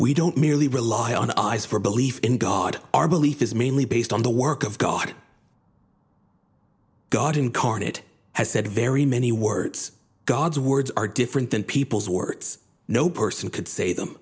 we don't merely rely on the eyes for a belief in god our belief is mainly based on the work of god god incarnate has said very many words god's words are different than people's words no person could say them